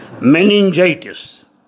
meningitis